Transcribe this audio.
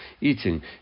eating